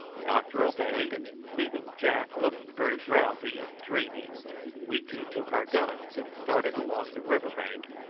the doctor obeyed, and leaving jack looking very drowsy and dreamy we two took our guns and started along the river bank,